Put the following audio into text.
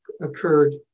occurred